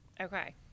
okay